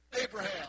Abraham